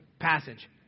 passage